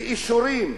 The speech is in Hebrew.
באישורים,